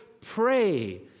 pray